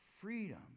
freedom